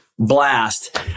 blast